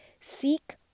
Seek